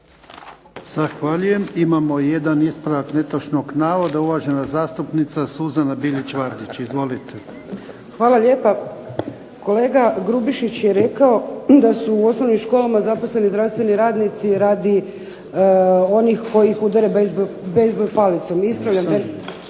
Zahvaljujem. Imamo jedan ispravak netočnog navoda, uvažena zastupnica Suzana Bilić-Vardić. Izvolite. **Bilić Vardić, Suzana (HDZ)** Hvala lijepa. Kolega Grubišić je rekao da su u osnovnim školama zaposleni zdravstveni radnici radi onih koji ih udare bejzbol palicom. Ispravljam